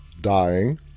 dying